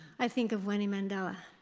i think of winnie mandela.